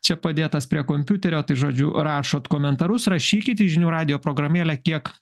čia padėtas prie kompiuterio tai žodžiu rašot komentarus rašykit į žinių radijo programėlę kiek